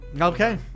Okay